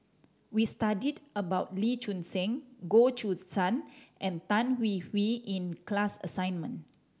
we studied about Lee Choon Seng Goh Choo San and Tan Hwee Hwee in class assignment